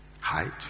Height